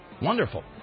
Wonderful